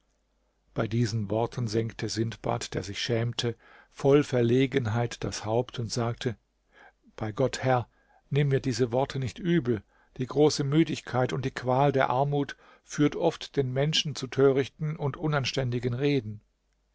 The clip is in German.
bei diesen worten senkte sindbad der sich schämte voll verlegenheit das haupt und sagte bei gott herr nimm mir diese worte nicht übel die große müdigkeit und die qual der armut führt oft den menschen zu törichten und unanständigen reden